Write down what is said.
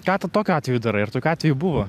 ką tu tokiu atveju darai ar tokių atvejų buvo